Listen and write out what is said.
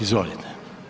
Izvolite.